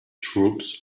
troops